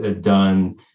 done